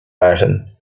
martin